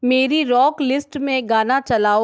मेरी rock list में गाना चलाओ